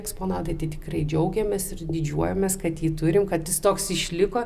eksponatai tai tikrai džiaugiamės ir didžiuojamės kad jį turim kad jis toks išliko